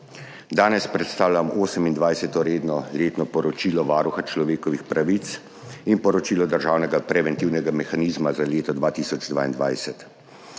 Danes predstavljam 28. redno letno poročilo Varuha človekovih pravic in poročilo Državnega preventivnega mehanizma za leto 2022.